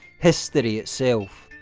history itself.